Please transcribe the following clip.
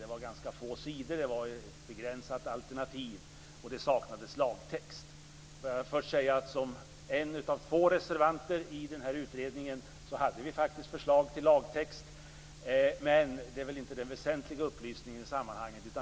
Det var fråga om få sidor och ett begränsat alternativ. Det saknades lagtext. Jag var en av två reservanter i utredningen, och vi hade förslag till lagtext. Men det är inte den väsentliga upplysningen i sammanhanget.